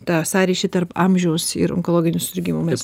tą sąryšį tarp amžiaus ir onkologinių susirgimų mes